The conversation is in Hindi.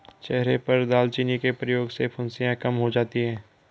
चेहरे पर दालचीनी के प्रयोग से फुंसियाँ कम हो जाती हैं